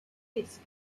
risk